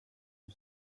hur